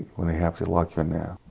when they have to lock you in there,